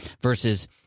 versus